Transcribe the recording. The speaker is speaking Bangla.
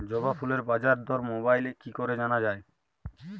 জবা ফুলের বাজার দর মোবাইলে কি করে জানা যায়?